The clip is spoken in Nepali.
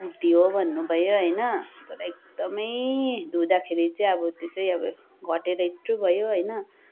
कुर्ती हो भन्नुभयो होइन तर एकदमै धुँदाखेरि चाहिँ अब त्यो चाहिँ अब घटेर यित्रो भयो होइन